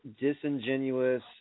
disingenuous